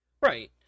Right